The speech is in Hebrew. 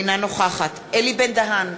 אינה נוכחת אלי בן-דהן,